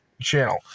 channel